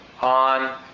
on